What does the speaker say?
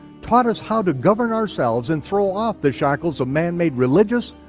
taught us how to govern ourselves and throw off the shackles of manmade religious,